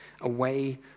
away